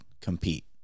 compete